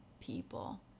people